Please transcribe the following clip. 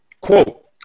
Quote